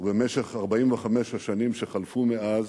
ובמשך 45 השנים שחלפו מאז